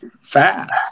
fast